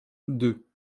deux